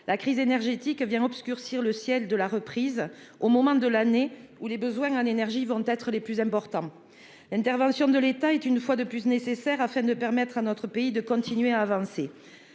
La crise énergétique vient obscurcir le ciel de la reprise au moment de l'année où les besoins en énergie vont être les plus importants. L'intervention de l'État est une fois de plus nécessaire afin de permettre à notre pays de continuer à avancer.